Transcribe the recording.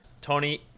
Tony